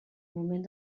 moment